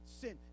sin